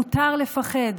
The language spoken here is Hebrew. מותר לפחד,